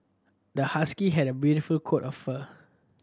the husky had a beautiful coat of fur